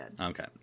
Okay